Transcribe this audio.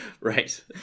Right